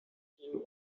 king